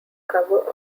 cover